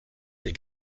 tes